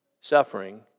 suffering